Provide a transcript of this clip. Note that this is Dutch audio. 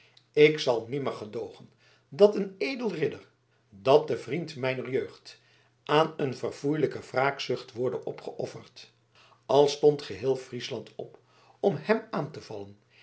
ik zal nimmer gedoogen dat een edel ridder dat de vriend mijner jeugd aan een verfoeilijke wraakzucht worde opgeofferd al stond geheel friesland op om hem aan te vallen